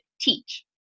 teach